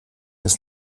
ist